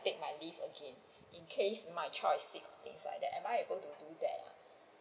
take my leave again in case my child is sick things like that am I able to do that ah